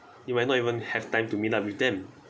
you might not even have time to meet up with them